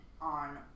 on